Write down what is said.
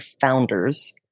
founders